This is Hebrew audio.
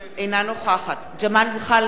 אינה נוכחת ג'מאל זחאלקה,